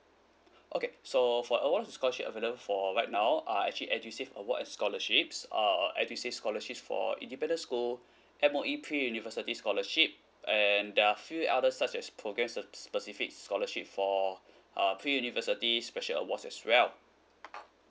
okay so for uh one of the scholarship available for right now are actually edusave award and scholarships err edusave scholarship for independent school M_O_E pre university scholarship and there are few others such as programmes spe~ specific scholarship for err pre university special awards as well